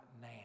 now